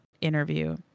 interview